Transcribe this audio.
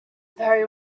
very